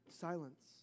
silence